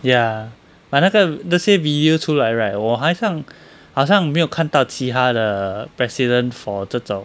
ya but 那个那些 video 出来 right 我还像好像没有看到其他的 president for 这种